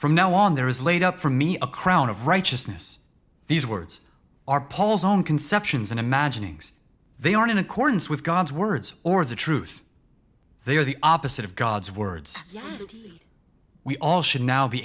from now on there is laid out for me a crown of righteousness these words are paul's own conceptions and imaginings they are in accordance with god's words or the truth they are the opposite of god's words we all should now be